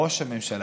ראש הממשלה,